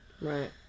Right